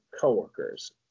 coworkers